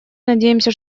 надеемся